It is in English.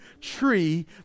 tree